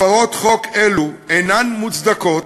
הפרות חוק אלו אינן מוצדקות,